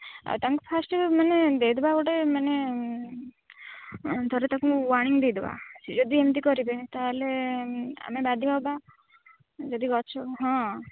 ଆଉ ତାଙ୍କୁ ଫାଷ୍ଟ୍ ମାନେ ଦେଇଦେବା ଗୋଟେ ମାନେ ଧର ତା'କୁ ୱାର୍ନିଙ୍ଗ୍ ଦେଇଦେବା ସେ ଯଦି ଏମିତି କରିବେ ତା'ହେଲେ ଆମେ ବାଧ୍ୟ ହେବା ଯଦି ଗଛ ହଁ